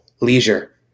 leisure